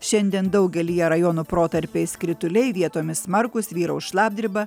šiandien daugelyje rajonų protarpiais krituliai vietomis smarkūs vyraus šlapdriba